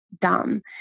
dumb